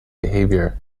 behavior